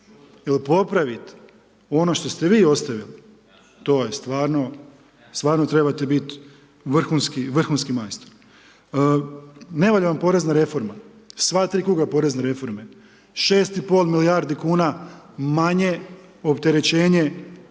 Jer popraviti ono što ste vi ostavili, to je stvarno, stvarno trebate biti vrhunski majstor. Ne valja vam porezna reforma, sva tri kruga porezne reforme, 6 i pol milijardi kuna manje opterećenje